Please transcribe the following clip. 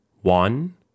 one